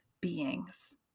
beings